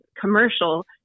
commercial